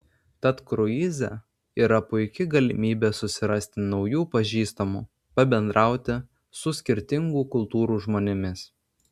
tad kruize yra puiki galimybė susirasti naujų pažįstamų pabendrauti su skirtingų kultūrų žmonėmis